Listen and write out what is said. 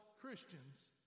Christians